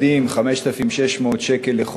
5,600 שקל לחודש,